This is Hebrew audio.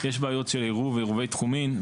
יש בעיות של עירוב ועירובי תחומין,